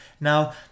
Now